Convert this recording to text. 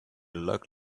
looked